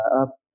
up